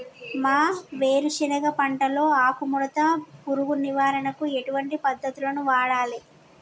మా వేరుశెనగ పంటలో ఆకుముడత పురుగు నివారణకు ఎటువంటి పద్దతులను వాడాలే?